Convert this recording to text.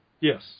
Yes